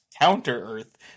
Counter-Earth